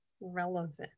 relevant